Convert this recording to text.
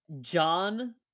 John